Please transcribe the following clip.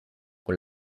con